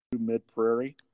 Mid-Prairie